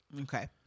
Okay